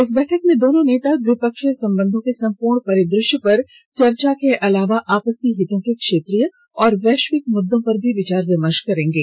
इस बैठक में दोनों नेता द्विपक्षीय संबंधों के संपूर्ण परिदृश्य पर चर्चा के अलावा आपसी हितों के क्षेत्रीय और वैश्विक मुद्दों पर भी विचार विमर्श करेंगे